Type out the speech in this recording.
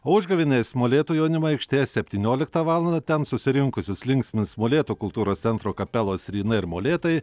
o užgavėnės molėtų jaunimo aikštėje septynioliktą valandą ten susirinkusius linksmins molėtų kultūros centro kapelos ryna ir molėtai